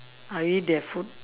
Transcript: I eat their food